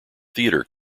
theatre